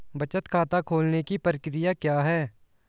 बचत खाता खोलने की प्रक्रिया क्या है?